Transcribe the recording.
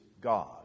God